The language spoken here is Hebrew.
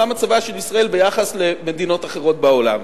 מה מצבה של ישראל ביחס למדינות אחרות בעולם.